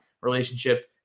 relationship